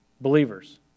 believers